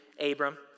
Abram